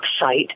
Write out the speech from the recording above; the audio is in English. site